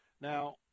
Now